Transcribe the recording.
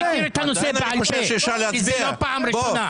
אני מכיר את הנושא בעל פה כי זה לא פעם ראשונה.